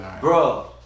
bro